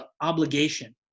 obligation